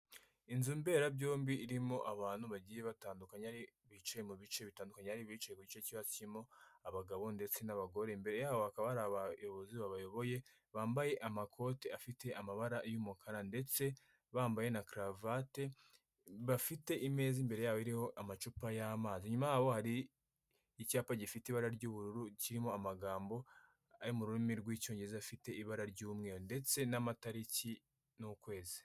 Inzu mberabyombi irimo abantu bagiye batandukanye bicaye mu bice bitandukanye hari abicaye mu gice kishyiramo abagabo ndetse n'abagore imbere yaho hakaba hari abayobozi babayoboye bambaye amakoti afite amabara y'umukara ndetse bambaye na karuvate, bafite imeza imbere yabo ariho amacupa y'amazi aho hari icyapa gifite ibara ry'ubururu kiriho amagambo ari mu rurimi rw'icyongereza afite ibara ry'umweru ndetse n'amatariki n'ukwezi.